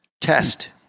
Test